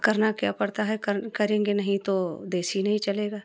करना क्या पड़ता है कर करेंगे नहीं तो देश ही नहीं चलेगा